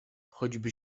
choćby